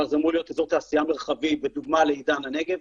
אבל זה אמור להיות אזור תעשייה מרחבי בדומה לעידן הנגב.